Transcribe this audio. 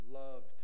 love